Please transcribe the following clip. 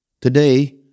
Today